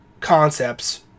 Concepts